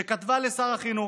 שכתבה לשר החינוך,